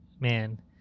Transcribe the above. man